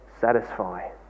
satisfy